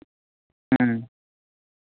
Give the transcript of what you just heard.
ᱦᱮᱸ